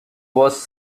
was